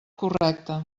correcte